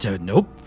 Nope